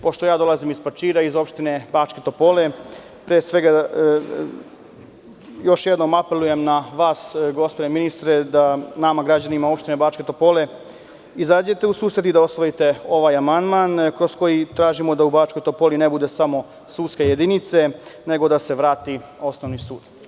Pošto ja dolazim iz Pačira, iz opštine Bačke Topole, pre svega, još jednom apelujem na vas, gospodine ministre, da nama, građanima opštine Bačke Topole, izađete u susret i da usvojite ovaj amandman kroz koji tražimo da u Bačkoj Topoli ne bude samo sudske jedinice, nego da se vrati osnovni sud.